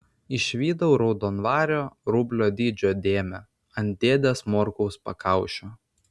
išvydau raudonvario rublio dydžio dėmę ant dėdės morkaus pakaušio